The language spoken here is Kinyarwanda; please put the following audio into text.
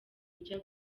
rya